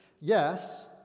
Yes